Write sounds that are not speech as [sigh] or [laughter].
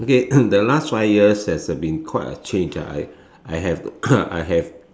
okay [coughs] the last five years has been quite a change ah I I have [coughs] I have